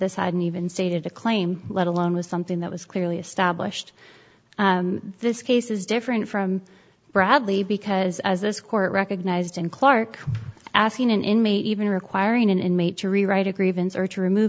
this hadn't even stated a claim let alone was something that was clearly established and this case is different from bradley because as this court recognized in clark asking an inmate even requiring an inmate to rewrite a grievance or to remove